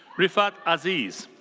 riffat aziz.